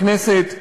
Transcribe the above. בכנסת,